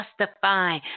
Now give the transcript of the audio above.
justify